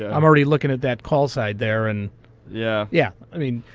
i'm already looking at that call side there. and yeah yeah i mean,